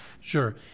Sure